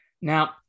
Now